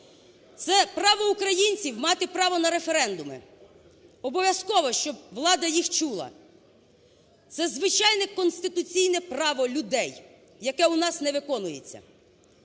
Це право українців мати право на референдуми, обов'язково, щоб влада їх чула. Це звичайне конституційне право людей, яке у нас не виконується.